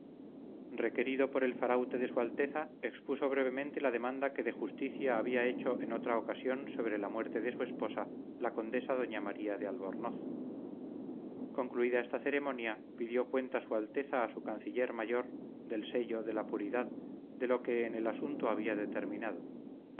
requerido por el faraute de su alteza expuso brevemente la demanda que de justicia había hecho en otra ocasión sobre la muerte de su esposa la condesa doña maría de albornoz concluida esta ceremonia pidió cuenta su alteza a su canciller mayor del sello de la puridad de lo que en el asunto había determinado